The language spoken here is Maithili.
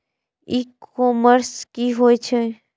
ई कॉमर्स की होए छै?